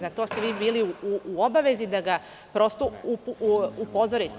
Na to ste vi bili u obavezi da ga upozorite.